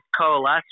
coalesce